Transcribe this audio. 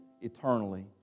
eternally